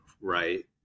right